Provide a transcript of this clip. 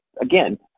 again